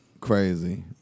Crazy